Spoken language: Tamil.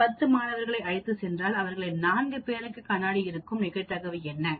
நான் 10 மாணவர்களை அழைத்துச் சென்றால் அவர்களில் 4 பேருக்கு கண்ணாடி இருக்கும் நிகழ்தகவு என்ன